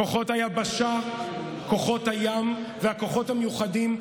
כוחות היבשה, כוחות הים והכוחות המיוחדים עושים,